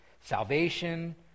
salvation